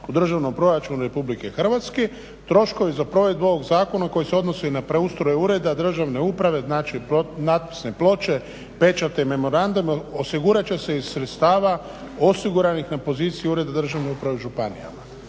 u državnom proračunu RH, troškovi za provedbu ovog zakona koji se odnosi na preustroj ureda državne uprave, znači natpisne ploče, pečati, memorandum, osigurat će se i sredstava osiguranih na poziciji ureda državne uprave i županijama.